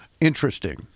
Interesting